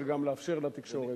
גם לאפשר לתקשורת,